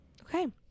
okay